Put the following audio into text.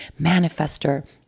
manifester